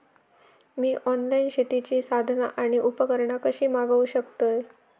मी online शेतीची साधना आणि उपकरणा कशी मागव शकतय?